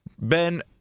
Ben